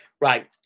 Right